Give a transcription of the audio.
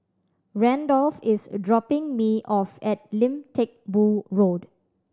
Randolf is dropping me off at Lim Teck Boo Road